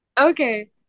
Okay